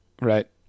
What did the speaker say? Right